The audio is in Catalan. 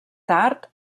tard